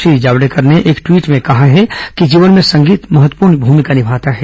श्री जावड़ेकर ने एक टवीट में कहा है कि जीवन में संगीत महत्वपूर्ण भूमिका निमाता है